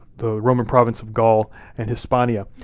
the roman province of gaul and hispania.